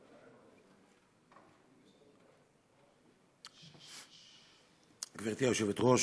גברתי היושבת-ראש,